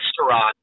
restaurant